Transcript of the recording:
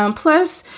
um plus,